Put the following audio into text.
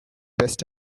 best